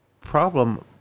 problem